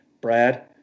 Brad